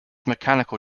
mechanical